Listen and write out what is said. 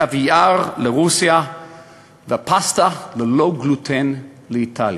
קוויאר לרוסיה ופסטה ללא גלוטן לאיטליה,